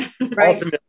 Ultimately